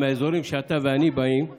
מהאזורים שאתה ואני באים מהם,